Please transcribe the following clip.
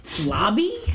lobby